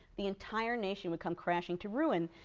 the entire nation would come crashing to ruin,